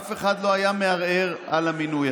אף אחד לא היה מערער על המינוי.